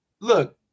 look